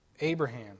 Abraham